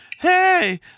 Hey